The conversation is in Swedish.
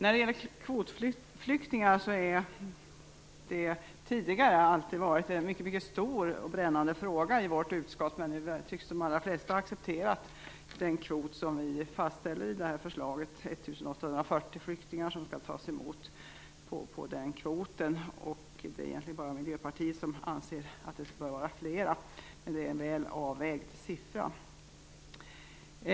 Frågan om kvotflyktingarna har alltid varit mycket stor och brännande i vårt utskott, men nu tycks de allra flesta ha accepterat den kvot som fastställs i förslaget - 1 840 flyktingar skall tas emot inom denna kvot. Det är egentligen bara Miljöpartiet som anser att det skall vara fler. Men siffran är väl avvägd.